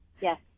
Yes